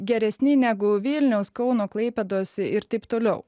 geresni negu vilniaus kauno klaipėdos ir taip toliau